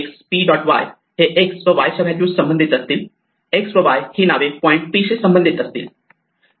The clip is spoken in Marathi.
Y p dot x p dot y हे X व Y च्या व्हॅल्यूज संबंधित असेल X व Y हे नावे पॉईंट P शी संबंधित असतील